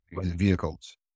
vehicles